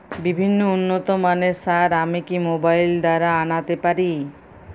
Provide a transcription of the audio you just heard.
বিভিন্ন উন্নতমানের সার আমি কি মোবাইল দ্বারা আনাতে পারি?